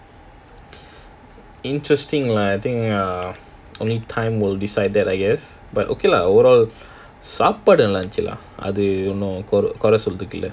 interesting lah I think err only time will decide that I guess but okay lah ஒரு ஒரு சாப்பாடு நல்ல இருந்திச்சி:oru oru saappadu nalla irunthichi lah கோரா சொல்ல ஒன்னும் இல்ல:kora solla onnum illa